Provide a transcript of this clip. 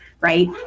right